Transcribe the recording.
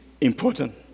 important